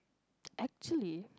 actually